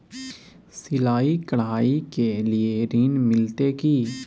सिलाई, कढ़ाई के लिए ऋण मिलते की?